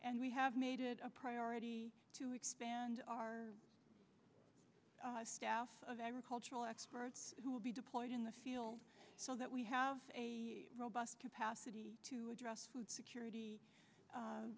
and we have made it a priority to expand our staff of agricultural experts who will be deployed in the field so that we have a robust capacity to address food security